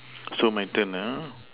so my turn uh